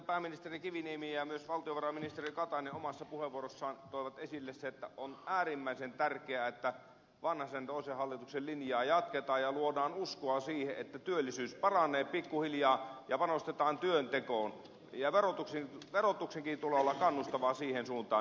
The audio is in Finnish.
pääministeri kiviniemi ja myös valtiovarainministeri katainen omissa puheenvuoroissaan toivat esille sen että on äärimmäisen tärkeää että vanhasen toisen hallituksen linjaa jatketaan ja luodaan uskoa siihen että työllisyys paranee pikkuhiljaa ja panostetaan työntekoon ja verotuksenkin tulee olla kannustavaa siihen suuntaan